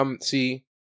See